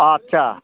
आच्चा